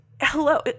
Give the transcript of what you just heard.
hello